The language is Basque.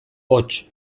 hots